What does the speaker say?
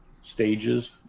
stages